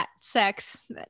sex